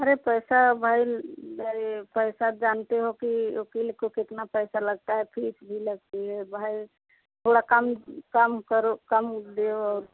अरे पैसा भाई लगे पैसा जानते हो कि वक़ील को कितना पैसा लगता है फीस भी लगती है भाई थोड़ा कम काम करो कम दो